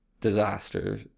disaster